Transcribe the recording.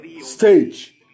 stage